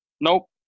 Nope